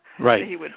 Right